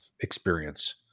experience